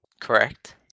Correct